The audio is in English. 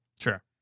sure